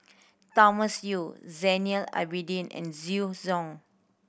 Thomas Yeo Zainal Abidin and Zhu Hong